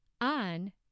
on